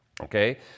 Okay